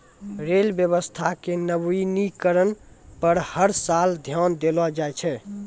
rail व्यवस्था के नवीनीकरण पर हर साल ध्यान देलो जाय छै